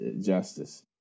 justice